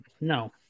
No